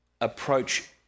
approach